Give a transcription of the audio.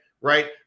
Right